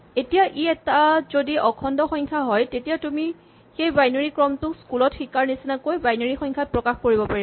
এতিয়া ই এটা যদি অখণ্ড সংখ্যা হয় তেতিয়া তুমি সেই বাইনেৰী ক্ৰমটোক স্কুল ত শিকাৰ নিচিনাকৈ বাইনেৰী সংখ্যাত প্ৰকাশ কৰিব পাৰিবা